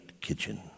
kitchen